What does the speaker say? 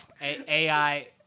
AI